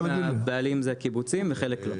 חלק מהבעלים זה הקיבוצים וחלק לא.